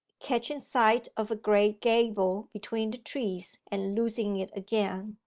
catching sight of a grey gable between the trees, and losing it again.